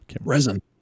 Resin